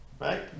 right